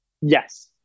Yes